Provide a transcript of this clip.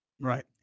Right